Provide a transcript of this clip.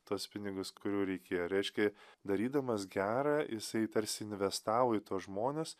tuos pinigus kurių reikėjo reiškė darydamas gera jisai tarsi investavo į tuos žmones